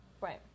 Right